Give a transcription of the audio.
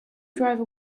driver